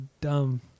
dumb